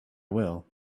will